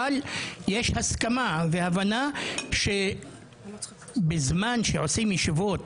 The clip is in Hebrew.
אבל יש הסכמה והבנה שבזמן שעושים ישיבות